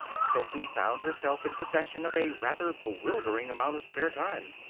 sophy found herself in possession of a rather bewildering amount of spare time.